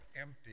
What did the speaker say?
empty